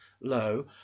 low